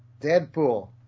Deadpool